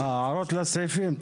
ההערות יהיו לסעיפים.